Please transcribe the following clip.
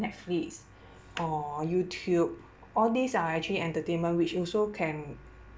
netflix or youtube all these are actually entertainment which also can